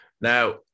Now